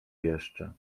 jeszcze